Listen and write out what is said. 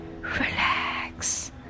relax